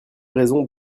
raisons